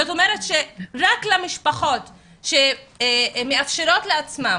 זאת אומרת שרק למשפחות שמאפשרות לעצמן